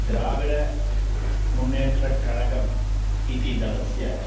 द्राविड मुन्नेट्रकळगम् इति दलस्य